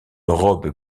robe